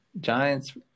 Giants